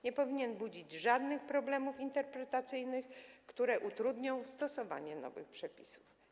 Nie powinien budzić żadnych problemów interpretacyjnych, które utrudnią stosowanie nowych przepisów.